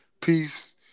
peace